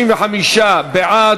35 בעד,